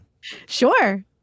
Sure